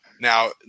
Now